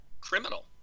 Criminal